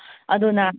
ꯑꯣ ꯑꯗꯨꯅ